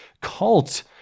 cult